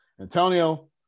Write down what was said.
Antonio